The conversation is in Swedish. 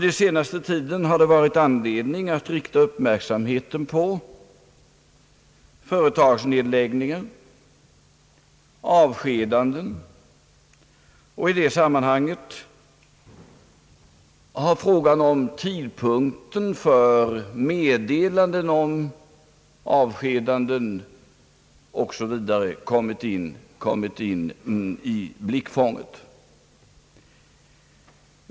Under senaste tiden har det varit anledning att rikta uppmärksamheten på företagsnedläggningar och avskedanden. I det sammanhanget har tidpunkten för meddelanden om avsked osv. kommit i blickfånget.